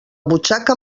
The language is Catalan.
butxaca